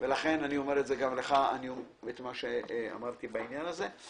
אני אומר גם לך את מה שאמרתי בעניין הזה.